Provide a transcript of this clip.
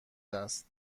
است